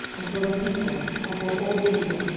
and for the people, and for all judah,